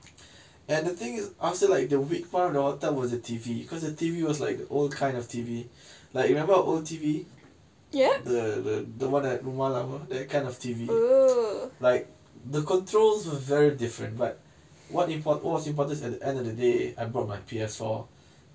and the thing is I feel like the weak part of the hotel that was the T_V because the T_V was like old kind of T_V like remember our old T_V the the one at rumah lama that kind of T_V like the controls are very different but what import~ what was important at the end of the day I brought my P_S four